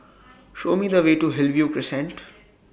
Show Me The Way to Hillview Crescent